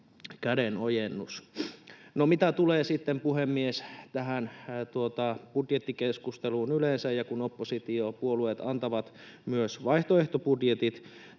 Puhemies! Mitä tulee sitten tähän budjettikeskusteluun yleensä, kun oppositiopuolueet antavat myös vaihtoehtobudjetit,